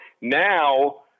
now